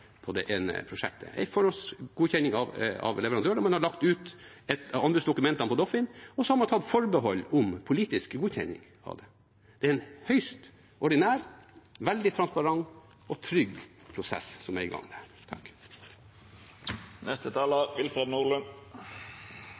Doffin, og så har man tatt forbehold om politisk godkjenning av det. Det er en høyst ordinær, veldig transparent og trygg prosess som er i gang